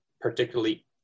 particularly